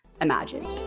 imagined